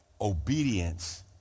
Obedience